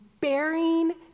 bearing